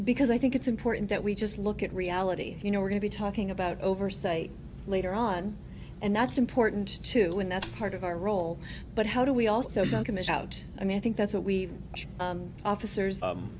because i think it's important that we just look at reality you know we're going to be talking about oversight later on and that's important too and that's part of our role but how do we also not going to shout i mean i think that's what we should officers